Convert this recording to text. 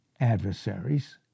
adversaries